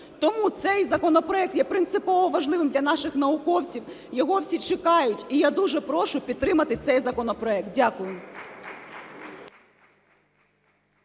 Тому цей законопроект є принципово важливим для наших науковців. Його всі чекають. І я дуже прошу підтримати цей законопроект. Дякую.